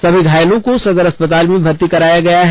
सभी घायलों को सदर अस्पताल में भर्ती कराया गया है